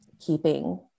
keeping